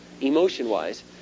emotion-wise